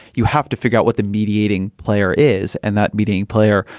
you have to figure out what the mediating player is. and that meeting player,